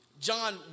John